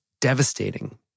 devastating